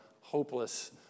hopeless